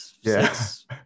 yes